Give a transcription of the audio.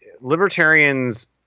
Libertarians